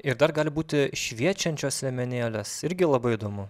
ir dar gali būti šviečiančios liemenėlės irgi labai įdomu